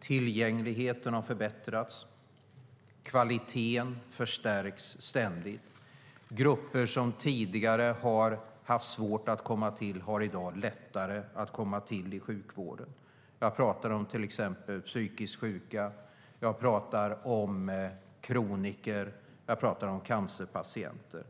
Tillgängligheten har förbättrats. Kvaliteten förstärks ständigt. Grupper som tidigare har haft svårt att komma till har i dag lättare att komma till i sjukvården. Jag talar om till exempel psykiskt sjuka, kroniker och cancerpatienter.